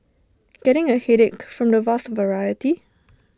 getting A headache from the vast variety